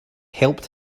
helped